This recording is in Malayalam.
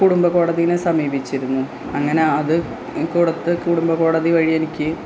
കുടുംബ കോടതീനെ സമീപിച്ചിരുന്നു അങ്ങനെ അത് കൊടുത്ത് കുടുംബ കോടതി വഴി എനിക്ക്